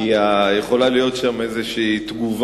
כי יכולה להיות שם איזו תגובה,